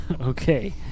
Okay